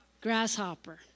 grasshopper